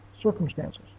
circumstances